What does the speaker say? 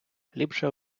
ліпше